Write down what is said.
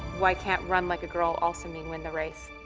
why can't run like a girl also mean win the race?